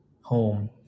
home